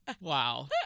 Wow